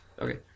Okay